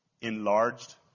enlarged